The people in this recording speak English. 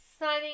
signing